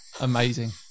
amazing